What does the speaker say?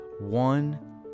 one